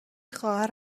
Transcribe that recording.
خواهر